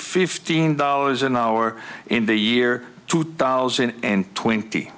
fifteen dollars an hour in the year two thousand and twenty